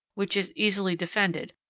which is easily defended,